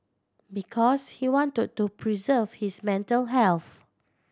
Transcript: because he want to to preserve his mental health